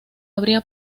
habría